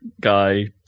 guy